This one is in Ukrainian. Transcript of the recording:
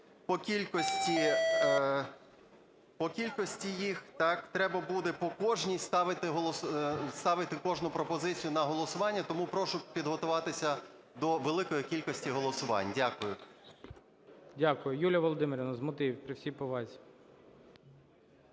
По кількості їх треба буде по кожній, ставити кожну пропозицію на голосування. Тому прошу підготуватися до великої кількості голосувань. Дякую. ГОЛОВУЮЧИЙ. Дякую. Юлія Володимирівна, з мотивів, при всій повазі.